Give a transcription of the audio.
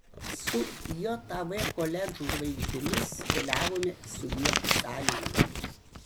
su jav koledžų žvaigždėmis keliavome į sovietų sąjungą